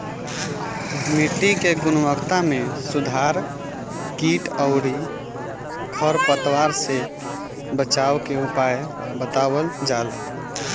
मिट्टी के गुणवत्ता में सुधार कीट अउरी खर पतवार से बचावे के उपाय बतावल जाला